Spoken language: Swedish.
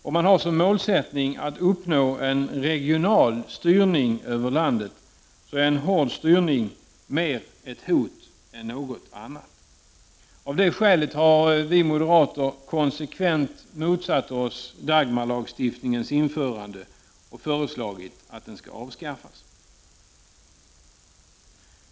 Om man har som målsättning att uppnå en regional styrning över landet, är en hård styrning mer ett hot än något annat. Av det skälet har vi moderater konsekvent motsatt oss Dagmarlagstiftningens införande och föreslagit att denna lagstiftning skall avskaffas.